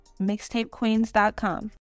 mixtapequeens.com